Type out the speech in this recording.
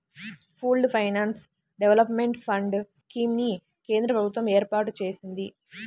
pooled finance development fund scheme ని కేంద్ర ప్రభుత్వం ఏర్పాటు చేసింది